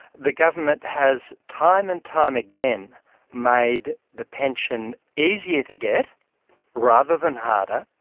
the government has time and time again made the pension easier to get rather than harder,